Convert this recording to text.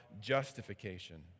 justification